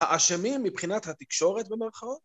האשמים מבחינת התקשורת במרכאות?